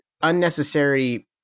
unnecessary